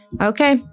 Okay